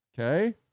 okay